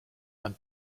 and